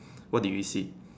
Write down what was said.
what did you see